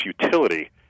utility